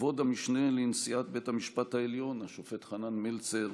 כבוד המשנה לנשיאת בית המשפט העליון השופט חנן מלצר,